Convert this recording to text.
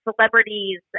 celebrities